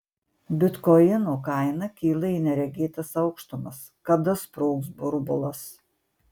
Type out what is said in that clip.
bitkoino kaina kyla į neregėtas aukštumas kada sprogs burbulas